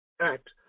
Act